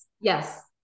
Yes